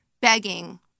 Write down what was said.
Begging